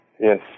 yes